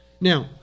Now